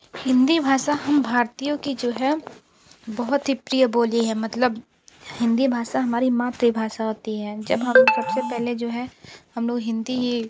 हिंदी भाषा हम भारतीयों की जो है बहुत ही प्रिय बोली है मतलब हिंदी भाषा हमारी मातृभाषा होती है जब हम सबसे पहले जो है हम लोग हिंदी ही